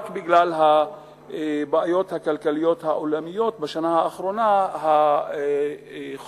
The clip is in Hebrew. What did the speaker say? רק בגלל הבעיות הכלכליות העולמיות בשנה האחרונה יחס